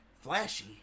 flashy